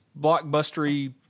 blockbustery